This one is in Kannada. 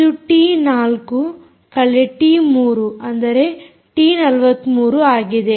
ಇದು ಟಿ4 ಕಳೆ ಟಿ3 ಅಂದರೆ ಟಿ43 ಆಗಿದೆ